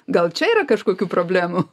gal čia yra kažkokių problemų